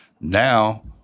Now